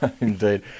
Indeed